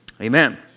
Amen